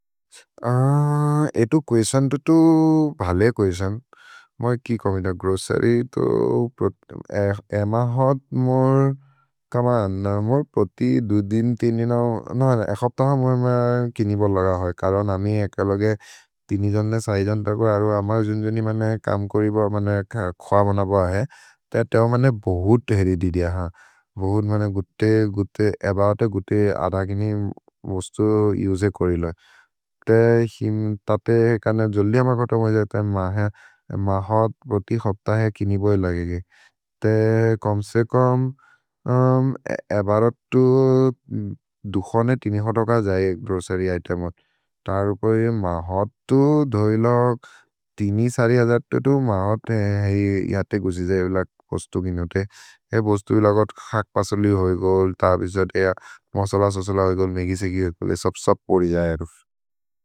एतो कुएस्तिओन् तो तो भले कुएस्तिओन् मै कि कोमिद ग्रोचेर्य् तो एम होत् मोर् चोमे ओन् मोर् प्रोति दु दिन्। तिन् दिन् न एक् हप्त ह मोर् किनि बोल् लग होइ करन् अमि एके लोगे तिनि जन्दे, सहि जन्ते हको। अरु अमर् जुन् जोनि मन्ने कम् कोरि बोर् मन्ने ख्व मन्न बो अहे ते ते ओ मन्ने बोहुत् हेदिदि दिय ह। भोहुत् मन्ने गुक्ते गुक्ते एबौते गुक्ते अद गिनि ए बोस्तु उसे कोरि लोगे ते हिम् तते करन् जो लि अम कोत मोज जते। म होत् प्रोति हप्त ह किनि बोल् लगेगे ते कोम्से कोम् एबरोतु दुखोने तिनि होतोक जये ग्रोचेर्य् इतेमोत् तरु परि म होतु धोइ। लोग् तिनि सरि हजते तो म होत् ए यते गुजि जये बोस्तु गिनिओते ए बोस्तु लगोत् खक्पसोलि होइ गोल् थ विजत् एय मसल ससलगत् मेगि सेगियत् ले सब् सब् कोरि जये।